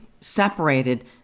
separated